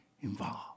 involved